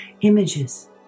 Images